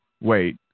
Wait